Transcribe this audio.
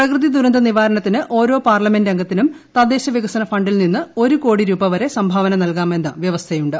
പ്രകൃതി ദുരന്ത നിവാരണത്തിന് ഓരോ പാർലമെന്റ് അംശ്ത്തിനും തദ്ദേശ വികസന ഫണ്ടിൽ നിന്ന് ഒരു കോടി രൂപ സംഭാവന നൽകാമെന്ന് വ്യവസ്ഥയുണ്ട്